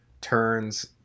turns